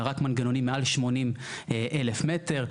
אלא רק מנגנונים מעל 80,000 מטר.